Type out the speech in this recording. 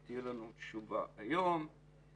כתוצאה מההתפתחויות השונות, פחות ופחות משרתים.